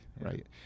right